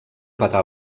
petar